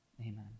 Amen